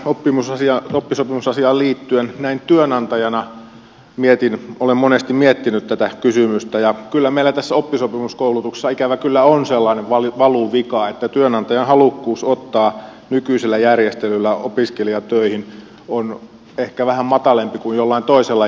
tähän oppisopimusasiaan liittyen näin työnantajana olen monesti miettinyt tätä kysymystä ja kyllä meillä tässä oppisopimuskoulutuksessa ikävä kyllä on sellainen valuvika että työnantajan halukkuus ottaa nykyisellä järjestelyllä opiskelija töihin on ehkä vähän matalampi kuin jollain toisella järjestelyllä